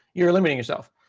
you're limiting yourself.